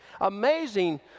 Amazing